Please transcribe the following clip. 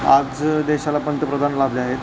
आज देशाला पंतप्रधान लाभले आहेत